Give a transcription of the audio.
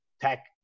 tech